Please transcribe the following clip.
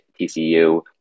TCU